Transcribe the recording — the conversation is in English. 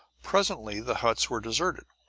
presently the huts were deserted.